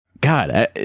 God